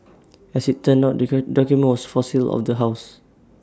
as IT turned out document for sale of the house